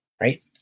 right